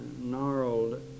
gnarled